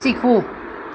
શીખવું